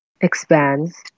expands